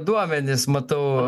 duomenis matau